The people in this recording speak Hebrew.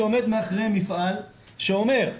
שעומד מאחוריהם מפעל ואומר,